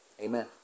Amen